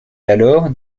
alors